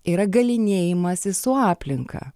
yra galynėjimasis su aplinka